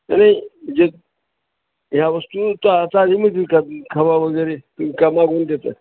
नाही जे ह्या वस्तू ता ताज्या मिळतील का खवा वगैरे तुम्ही का मागवून देता